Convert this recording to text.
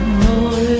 more